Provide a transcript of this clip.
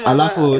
Alafu